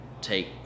take